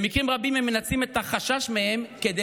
במקרים רבים הם מנצלים את החשש מהם כדי